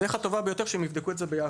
הדרך הטובה ביותר היא שהם יבדקו את זה ביחד,